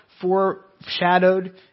foreshadowed